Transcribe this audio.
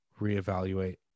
reevaluate